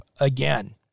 again